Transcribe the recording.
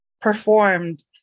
performed